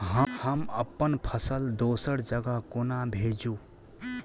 हम अप्पन फसल दोसर जगह कोना भेजू?